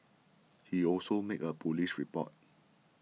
he also made a police report